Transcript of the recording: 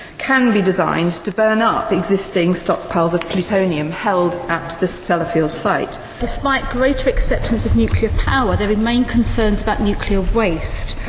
can be be designed to burn up existing stockpiles of plutonium held at the sellafield site. despite greater acceptance of nuclear power there remain concerns about nuclear waste.